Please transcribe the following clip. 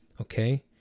okay